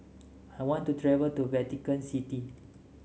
I want to travel to Vatican City